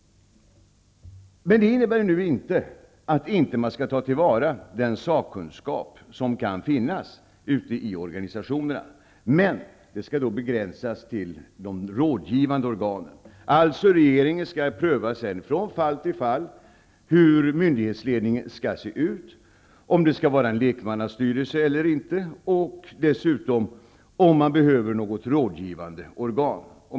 Det innebär inte att man inte skall ta till vara den sakkunskap som kan finnas ute i organisationerna. Det skall dock begränsas till de rådgivande organen. Regeringen skall således pröva från fall till fall hur myndighetsledningen skall se ut, om det skall finnas lekmannastyrelse eller inte och om man behöver något rådgivande organ.